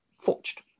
forged